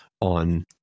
on